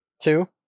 Two